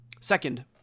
Second